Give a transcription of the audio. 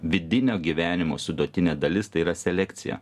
vidinio gyvenimo suduotinė dalis tai yra selekcija